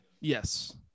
Yes